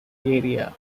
area